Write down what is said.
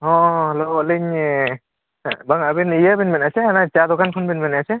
ᱦᱮᱸ ᱦᱮᱞᱳ ᱟᱹᱞᱤᱧ ᱵᱟᱝᱟ ᱟᱹᱵᱤᱱ ᱤᱭᱟᱹ ᱵᱤᱱ ᱢᱮᱱᱮᱜᱼᱟ ᱪᱮ ᱪᱟ ᱫᱳᱠᱟᱱ ᱠᱷᱚᱱ ᱵᱤᱱ ᱢᱮᱱᱮᱜᱼᱟ ᱪᱮ